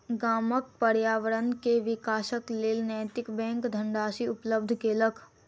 गामक पर्यावरण के विकासक लेल नैतिक बैंक धनराशि उपलब्ध केलक